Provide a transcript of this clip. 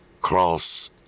Cross